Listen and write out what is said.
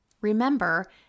Remember